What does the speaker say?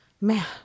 Man